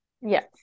Yes